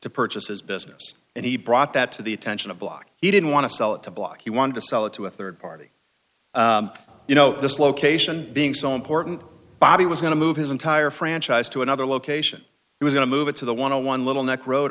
to purchase his business and he brought that to the attention of block he didn't want to sell it to block he wanted to sell it to a third party you know this location being so important bobby was going to move his entire franchise to another location he was going to move it to the want to one little neck road